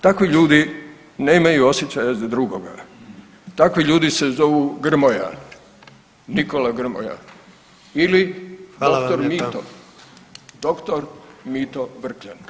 Takvi ljudi nemaju osjećaja za drugoga, takvi ljudi se zovu Grmoja, Nikola Grmoja ili [[Upadica predsjednik: Hvala vam lijepa.]] dr. Mito, dr. Mito Vrkljan.